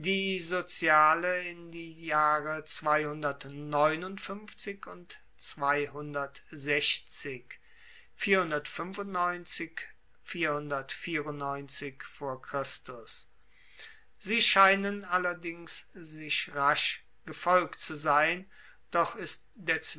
die soziale in die jahre und sie scheinen allerdings sich rasch gefolgt zu sein doch ist